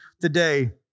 today